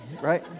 right